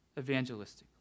evangelistically